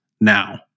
now